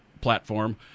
platform